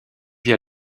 via